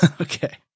Okay